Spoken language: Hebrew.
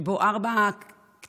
שבו ארבע קטינות